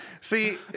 see